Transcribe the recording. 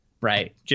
Right